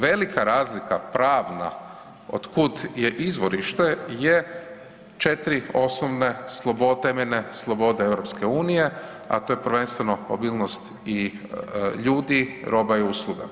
Velika razlika pravna otkud je izvorište je 4 osnovne slobode, slobode EU, a to je prvenstveno obilnost i ljudi, roba i usluga.